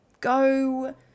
Go